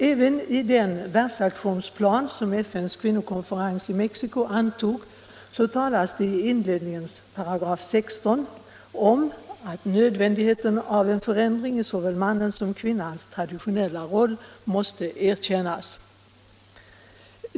Även i den världsaktionsplan som FN:s kvinnokonferens i Mexiko antog talas det i inledningens § 16 om att ”nödvändigheten av en för ändring i såväl mannens som kvinnans traditionella roll måste erkännas”.